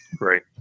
Right